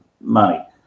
money